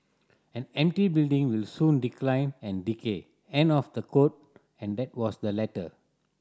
an empty building will soon decline and decay end of the quote and that was the letter